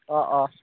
অ অ